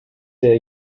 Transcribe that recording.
der